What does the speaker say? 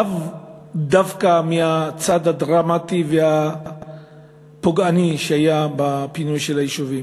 לאו דווקא מהצד הדרמטי והפוגעני שהיה בפינוי של היישובים,